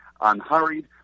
unhurried